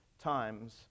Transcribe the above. times